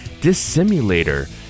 Dissimulator